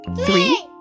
three